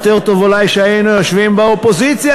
יותר טוב אולי שהיינו יושבים באופוזיציה,